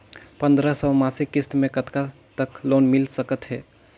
पंद्रह सौ मासिक किस्त मे कतका तक लोन मिल सकत हे?